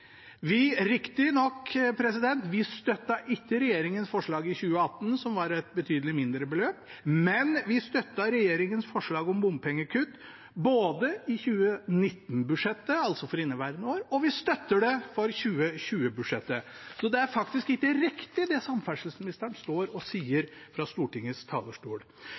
Vi støttet riktignok ikke regjeringens forslag i 2018, som var et betydelig mindre beløp, men vi støttet regjeringens forslag om bompengekutt i både 2019-budsjettet, altså for inneværende år, og vi støtter det i 2020-budsjettet. Så det er faktisk ikke riktig, det som samferdselsministeren står og sier fra Stortingets talerstol.